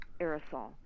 aerosol